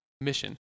mission